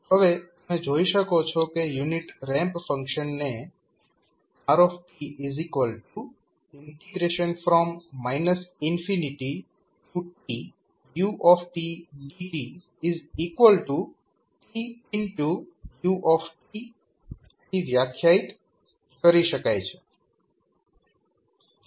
હવે તમે જોઈ શકો છો કે યુનિટ રેમ્પ ફંક્શનને r tu dtt u થી વ્યાખ્યાયિત કરી શકો છો